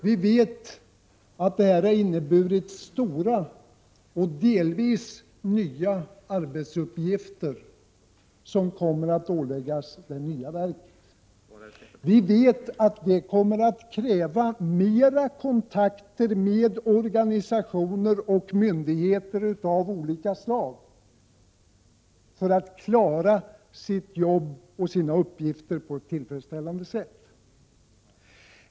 Vi vet att det har inneburit stora och delvis nya uppgifter, och dessa kommer att åläggas det nya verket. Vi vet att det kommer att krävas mera kontakter med organisationer och myndigheter av olika slag om uppgifterna skall klaras av på ett tillfredsställande sätt.